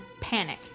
panic